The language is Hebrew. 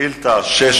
ביום